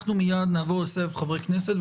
אנחנו מייד נעבור לסבב חברי כנסת,